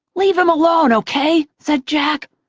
leave him alone, okay? said jack,